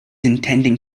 intending